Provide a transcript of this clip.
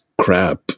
crap